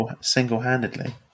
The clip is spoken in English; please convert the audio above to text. single-handedly